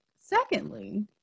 Secondly